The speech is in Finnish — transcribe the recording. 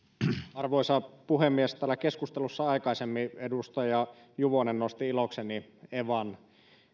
arvoisa puhemies täällä keskustelussa aikaisemmin edustaja juvonen nosti ilokseni evan